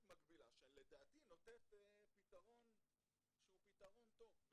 שלדעתי נותנת פתרון שהוא פתרון טוב.